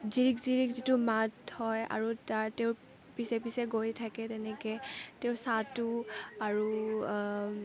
জিৰিক জিৰিক যিটো মাত হয় আৰু তাৰ তেওঁৰ পিছে পিছে গৈ থাকে তেনেকে তেওঁৰ ছাঁটো আৰু